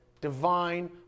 divine